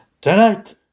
Tonight